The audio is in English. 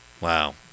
Wow